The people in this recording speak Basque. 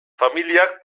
familiak